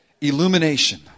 Illumination